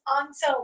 Answer